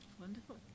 Wonderful